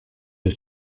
del